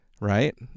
Right